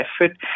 effort